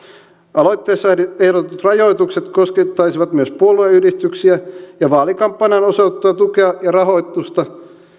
aloitteessa ehdotetut rajoitukset koskettaisivat myös puolueyhdistyksiä ja vaalikampanjaan osoitettua tukea ja rahoitusta